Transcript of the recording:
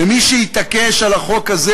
ומי שיתעקש על החוק הזה,